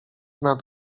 nad